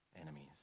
enemies